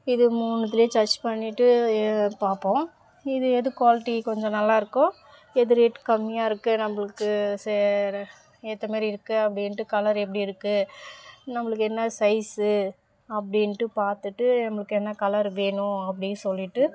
இது மூணுத்துலேயும் சர்ச் பண்ணிவிட்டு பார்ப்போம் இது எது குவாலிட்டி கொஞ்சம் நல்லா இருக்கோ எது ரேட் கம்மியாக இருக்குது நம்மளுக்கு சேர ஏற்ற மாரி இருக்குது அப்படின்ட்டு கலர் எப்படி இருக்குது நம்மளுக்கு என்ன சைஸு அப்படின்ட்டு பார்த்துட்டு நம்மளுக்கு என்ன கலரு வேணும் அப்படி சொல்லிவிட்டு